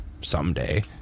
someday